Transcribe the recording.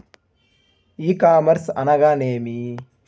ఈ కామర్స్ అనగా నేమి?